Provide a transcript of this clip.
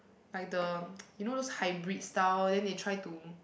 like the you know those hybrid style then they try to